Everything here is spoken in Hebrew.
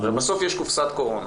הרי בסוף יש קופסת קורונה.